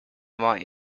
war